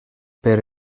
per